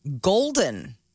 Golden